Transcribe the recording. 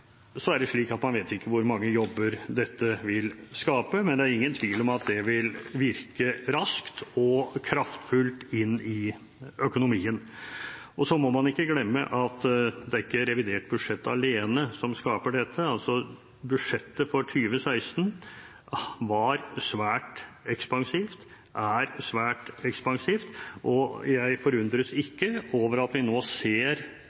så er det slik at man vet ikke hvor mange jobber dette vil skape, men det er ingen tvil om at det vil virke raskt og kraftfullt inn i økonomien. Så må man ikke glemme at det er ikke revidert budsjett alene som skaper dette. Budsjettet for 2016 var svært ekspansivt og er svært ekspansivt, og jeg forundres ikke over at vi nå ser